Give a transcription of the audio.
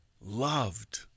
loved